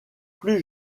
plus